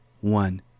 one